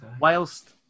whilst